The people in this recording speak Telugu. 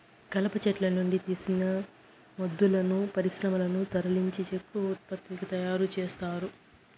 కలప చెట్ల నుండి తీసిన మొద్దులను పరిశ్రమలకు తరలించి చెక్క ఉత్పత్తులను తయారు చేత్తారు